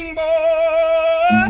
boy